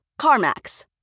CarMax